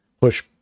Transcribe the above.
push